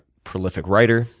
prolific writer.